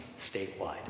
statewide